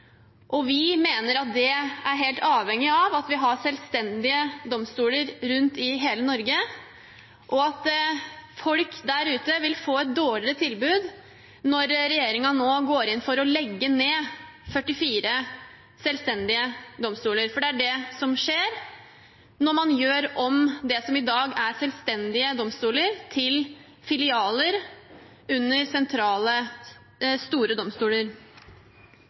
Vi mener at det er helt avhengig av at vi har selvstendige domstoler rundt i hele Norge, og at folk der ute vil få et dårligere tilbud når regjeringen nå går inn for å legge ned 44 selvstendige domstoler. For det er det som skjer når man gjør om det som i dag er selvstendige domstoler, til filialer under sentrale, store domstoler.